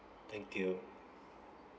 thank you